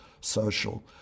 social